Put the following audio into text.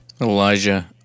Elijah